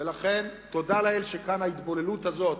ולכן, תודה לאל שכאן ההתבוללות הזאת